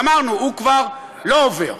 גמרנו, הוא כבר לא עובר.